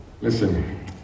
Listen